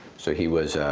so he was